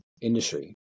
industry